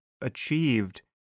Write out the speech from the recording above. achieved